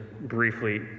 briefly